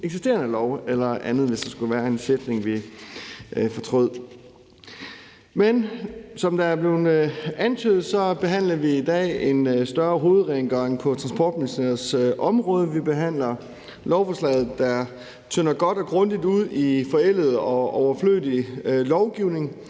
eksisterende lov eller andet, hvis der skulle være en sætning, vi fortrød. Som det er blevet antydet, behandler vi i dag et lovforslag, der indeholder en større hovedrengøring på Transportministeriets område. Vi behandler et lovforslag, der tynder godt og grundigt ud i forældet og overflødig lovgivning.